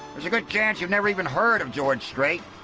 there's a good chance you've never even heard of george strait.